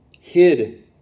hid